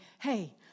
Hey